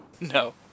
No